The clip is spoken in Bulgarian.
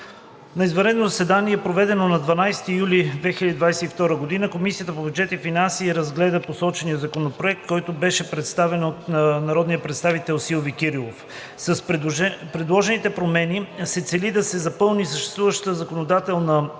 На извънредно заседание, проведено на 12 юли 2022 г., Комисията по бюджет и финанси разгледа посочения законопроект, който беше представен от народния представител Силви Кирилов. С предложените промени се цели да се запълни съществуваща законодателна